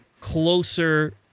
closer